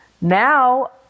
Now